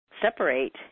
separate